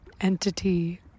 entity